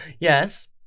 Yes